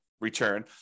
return